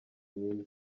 myiza